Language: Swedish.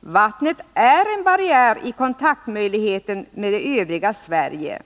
Vattnet är en barriär i kontaktmöjligheten med det övriga Sverige.